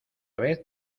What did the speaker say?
vez